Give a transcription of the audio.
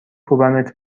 کوبمت